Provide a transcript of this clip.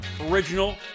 original